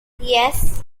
yes